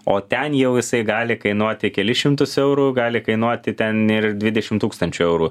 o ten jau jisai gali kainuoti kelis šimtus eurų gali kainuoti ten ir dvidešim tūkstančių eurų